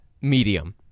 medium